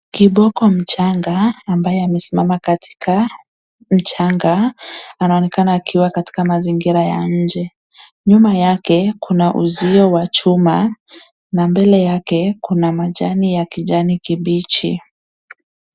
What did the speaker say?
Kiboko mchanga ambaye amesimama katika mchanga, anaonekana akiwa katika mazingira ya nje. Nyuma yake kuna uzio wa chuma, na mbele yake kuna majani ya kijani kibichi.